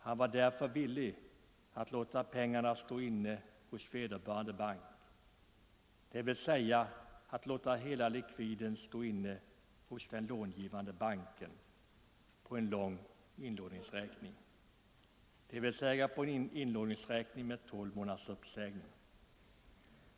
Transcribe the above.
Han var därför villig att låta hela likviden stå inne hos den långivande banken på en lång inlåningsräkning, dvs. en inlåningsräkning med tolv månaders uppsägning.